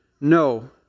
No